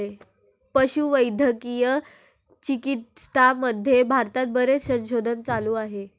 पशुवैद्यकीय चिकित्सामध्ये भारतात बरेच संशोधन चालू आहे